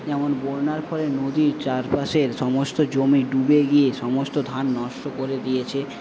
যেমন বন্যার ফলে নদীর চারপাশের সমস্ত জমি ডুবে গিয়ে সমস্ত ধান নষ্ট করে দিয়েছে